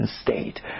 state